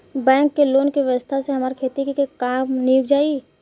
bank के loan के व्यवस्था से हमार खेती के काम नीभ जाई